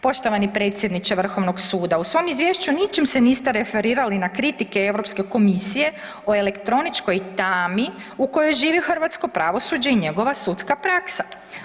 Poštovani predsjedniče Vrhovnog suda u svom Izvješću ničim se niste referirali na kritike Europske komisije o elektroničkoj tami u kojoj živi hrvatsko pravosuđe i njegova sudska praksa.